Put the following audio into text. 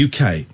UK